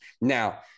Now